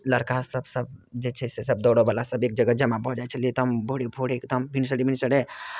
लड़कासभ सभ जे छै से दौड़यवला सभ एक जगह जमा भऽ जाइ छलियै एकदम भोरे भोरे एकदम भिनसरे भिनसरे